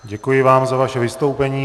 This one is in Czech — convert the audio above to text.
Děkuji vám za vaše vystoupení.